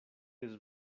les